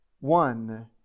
One